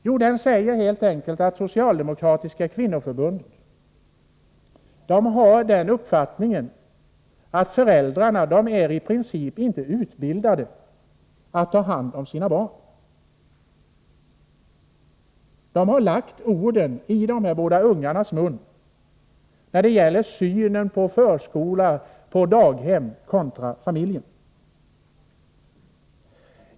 Jo, den säger helt enkelt att Socialdemokratiska kvinnoförbundet har uppfattningen att föräldrarna i princip inte är utbildade att ta hand om sina barn. De har lagt orden i de här båda ungarnas mun för att demonstrera synen på förskola och daghem kontra familjen.